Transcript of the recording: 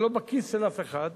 זה לא בכיס של אף אחד.